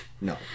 No